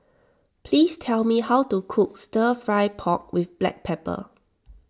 please tell me how to cook Stir Fry Pork with Black Pepper